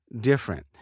different